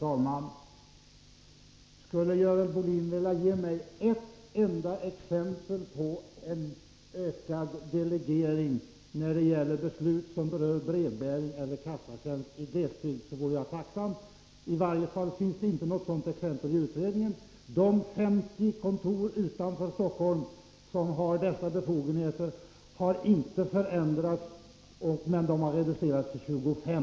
Herr talman! Om Görel Bohlin ville ge mig ett enda exempel på en ökad delegering när det gäller beslut som berör brevbäring eller kassatjänst i glesbygd, så vore jag tacksam. I varje fall finns det inte något sådant exempel i utredningen. De 50 kontor utanför Stockholm som har dessa befogenheter har inte förändrats, men deras antal har reducerats till 25.